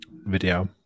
video